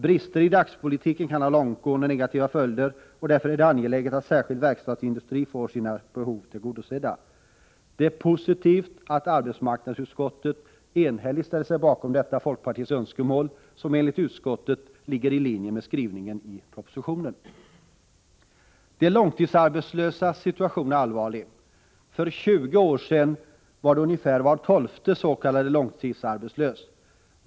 Brister i dagspolitiken kan ha långtgående negativa följder, och därför är det angeläget att särskilt verkstadsindustrin får sina behov tillgodosedda. Det är positivt att arbetsmarknadsutskottet enhälligt ställer sig bakom detta folkpartiets önskemål, som enligt utskottet ligger väl i linje med skrivningen i propositionen. De långtidsarbetslösas situation är allvarlig. För 20 år sedan var ungefär var tolfte arbetslös s.k. långtidsarbetslös.